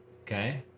Okay